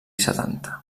setanta